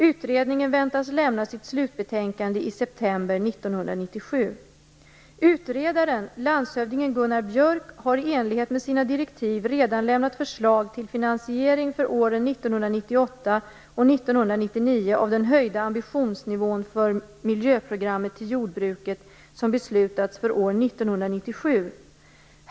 Utredningen väntas lämna sitt slutbetänkande i september 1997. Utredaren, landshövdingen Gunnar Björk, har i enlighet med sina direktiv redan lämnat förslag till finansiering för åren 1998 och 1999 av den höjda ambitionsnivån för miljöprogrammet till jordbruket som beslutats för år 1997.